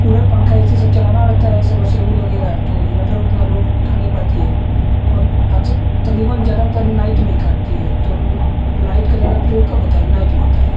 cooler पन्खा A C सब चलाना रहेता है सबमर्सिबल वग़ैरह तो इन्वर्टर उतना लोड उठा नहीं पाता है और अक़्सर तक़रीबन ज़्यादातर नाइट में ही काटती है तो लाइट का ज़्यादा प्रयोग कब होता है नाइट में होता है